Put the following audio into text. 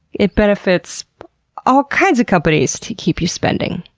it benefits all kinds of companies to keep you spending.